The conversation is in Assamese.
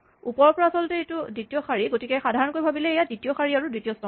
ওপৰৰ পৰা আচলতে এইটো দ্বিতীয় শাৰী গতিকে সাধাৰণকৈ ভাৱিলে এয়া দ্বিতীয় শাৰী আৰু দ্বিতীয় স্তম্ভ